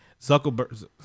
zuckerberg